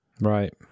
Right